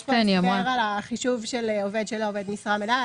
יש פה הסבר על החישוב של העובד שלא עובד במשרה מלאה,